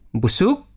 busuk